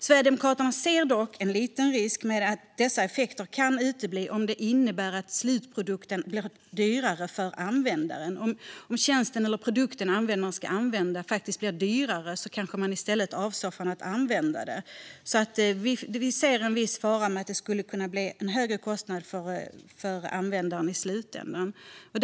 Sverigedemokraterna ser dock en liten risk för att dessa effekter uteblir om slutprodukterna blir dyrare för användaren, vilket kan medföra att människor avstår från att använda dem. Vi ser alltså en viss fara med att kostnaden för användaren i slutändan blir högre.